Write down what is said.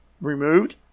removed